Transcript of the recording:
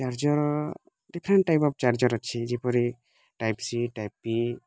charger different type of charger ଅଛି ଯେପରି type C type ବି